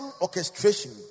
orchestration